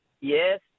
Yes